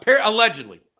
Allegedly